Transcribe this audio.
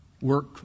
Work